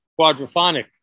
quadraphonic